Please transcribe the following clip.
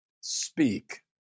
speak